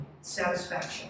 satisfaction